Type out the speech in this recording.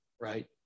right